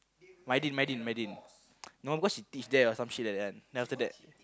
Mydin Mydin Mydin no because he teach there or some shit like that then after that